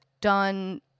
done